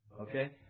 Okay